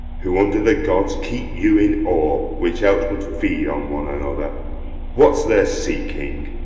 who, under the gods, keep you in awe, which else would feed on one another what's their seeking?